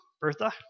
Bertha